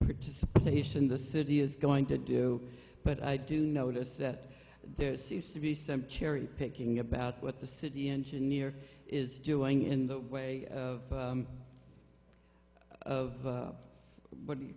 participation the city is going to do but i do notice that there seems to be some cherry picking about what the city engineer is doing in the way of of what